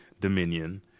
dominion